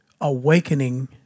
awakening